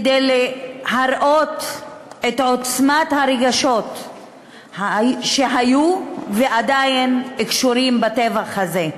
כדי להראות את עוצמת הרגשות שהיו ועדיין קשורים בטבח הזה.